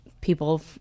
people